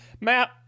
Matt